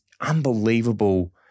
unbelievable